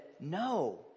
no